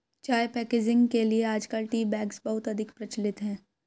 चाय पैकेजिंग के लिए आजकल टी बैग्स बहुत अधिक प्रचलित है